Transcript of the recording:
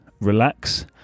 relax